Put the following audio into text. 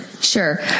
Sure